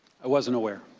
i wasn't aware.